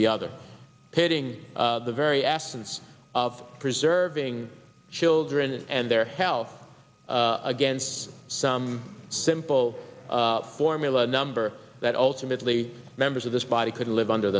the other pitting the very essence of preserving children and their health against some simple formula number that ultimately members of this body could live under